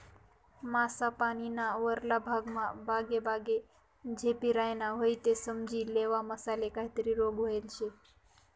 मासा पानीना वरला भागमा बागेबागे झेपी रायना व्हयी ते समजी लेवो मासाले काहीतरी रोग व्हयेल शे